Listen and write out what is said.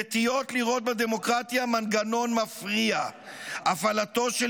נטיות לראות בדמוקרטיה מנגנון מפריע --- הפעלתו של